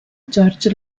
george